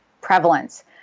prevalence